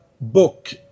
Book